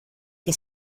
que